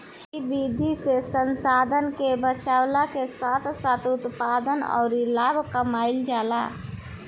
इ विधि से संसाधन के बचावला के साथ साथ उत्पादन अउरी लाभ कमाईल जाला